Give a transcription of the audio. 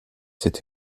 cette